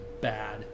bad